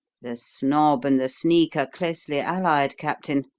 the snob and the sneak are closely allied, captain,